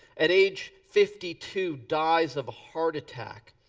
at age fifty two, dies of a heart attack.